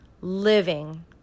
living